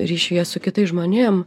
ryšyje su kitais žmonėm